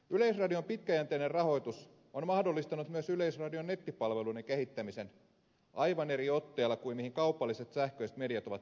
yleisradion pitkäjänteinen rahoitus on mahdollistanut myös yleisradion nettipalveluiden kehittämisen aivan eri otteella kuin mihin kaupalliset sähköiset mediat ovat pystyneet